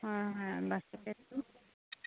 হয় হয় বাছতেটো